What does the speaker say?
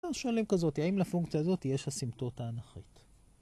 יותר שואלים כזאתי, האם לפונקציה הזאת יש אסימפטוטה אנכית?